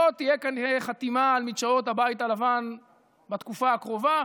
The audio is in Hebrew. לא תהיה כנראה חתימה על מדשאות הבית הלבן בתקופה הקרובה,